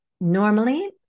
normally